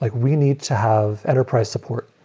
like we need to have enterprise support.